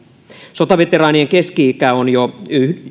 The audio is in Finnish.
sotaveteraanien keski ikä on jo